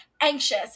anxious